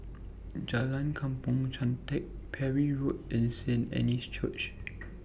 Jalan Kampong Chantek Parry Road and Saint Anne's Church